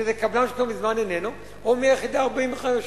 שזה קבלן שכבר מזמן איננו, או מהיחידה ה-45.